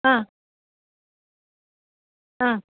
हा हा